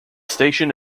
station